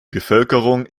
bevölkerung